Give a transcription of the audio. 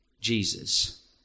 Jesus